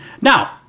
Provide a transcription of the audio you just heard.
now